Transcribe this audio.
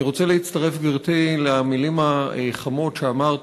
אני רוצה להצטרף, גברתי, למילים החמות שאמרת